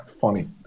funny